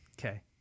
Okay